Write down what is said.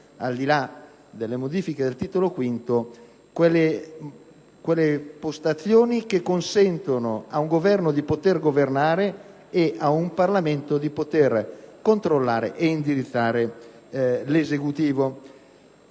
al di là delle modifiche al Titolo V, quelle postazioni che consentono al Governo di poter governare e al Parlamento di poter controllare e indirizzare l'Esecutivo.